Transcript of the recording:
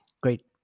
Great